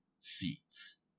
seats